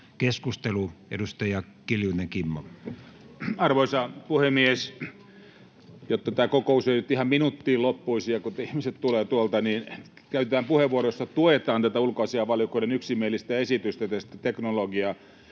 Time: 13:00 Content: Arvoisa puhemies! Jotta tämä kokous ei nyt ihan minuuttiin loppuisi ja kun ihmiset tulevat tuolta, niin käytetään puheenvuoro, jossa tuetaan tätä ulkoasiainvaliokunnan yksimielistä esitystä tästä teknologiakeskuksesta,